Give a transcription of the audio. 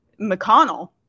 McConnell